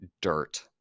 dirt